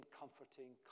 comforting